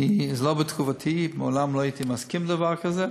זה לא בתקופתי, מעולם לא הייתי מסכים לדבר כזה.